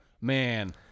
man